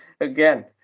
again